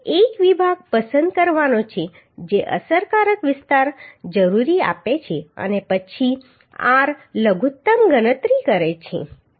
એક વિભાગ પસંદ કરવાનો છે જે અસરકારક વિસ્તાર જરૂરી આપે છે અને પછી r લઘુત્તમ ગણતરી કરે છે